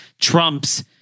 Trump's